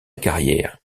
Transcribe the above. carrière